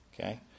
okay